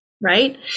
right